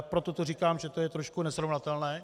Proto to říkám, že to je trošku nesrovnatelné.